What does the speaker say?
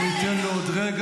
אני אתן לו עוד רגע.